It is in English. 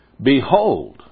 Behold